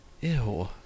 Ew